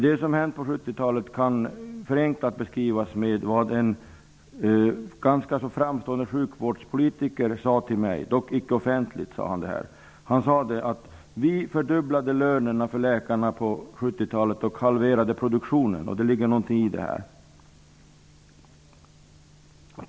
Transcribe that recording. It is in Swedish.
Det som hände under 70-talet kan förenklat beskrivas så som en ganska framstående sjukvårdspolitiker sagt till mig, dock icke offentligt. Han framhöll att vi fördubblade lönerna för läkarna på 70-talet och halverade produktionen. Det ligger något i detta.